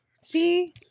See